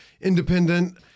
independent